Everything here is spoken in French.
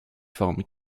forme